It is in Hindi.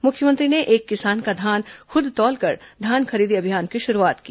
मुख्यमंत्री ने एक किसान का धान खुद तौलकर धान खरीदी अभियान की शुरूआत की